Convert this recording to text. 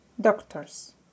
doctors